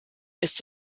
ist